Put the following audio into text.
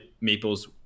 Maple's